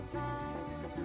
time